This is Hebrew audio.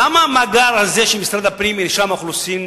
למה מאגר מרשם האוכלוסין